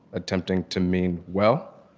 attempting to mean well,